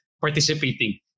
participating